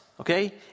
okay